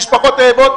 למשפחות הרעבות,